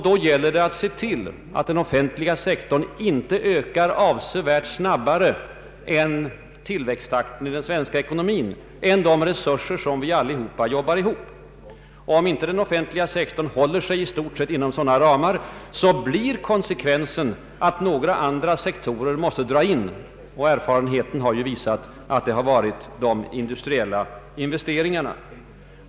Den offentliga sektorn får då inte öka avsevärt snabbare än ökningen av de resurser som vi allesammans är med om att arbeta ihop. Om inte den offentliga sektorn håller sig i stort sett inom sådana ramar, blir konsekvensen att den en ;skilda sektorn måste begränsas, och erfarenheten har visat att det då varit de industriella investeringarna som drabbats.